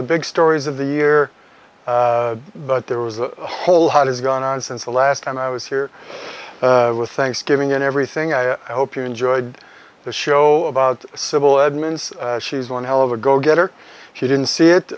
the big stories of the year but there was a whole has gone on since the last time i was here with thanksgiving and everything i hope you enjoyed the show about civil admins she's one hell of a go getter she didn't see it